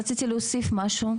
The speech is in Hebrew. אני רוצה להוסיף משהו קצר.